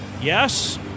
yes